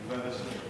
בבקשה.